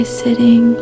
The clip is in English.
sitting